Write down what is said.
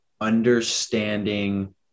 understanding